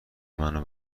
منو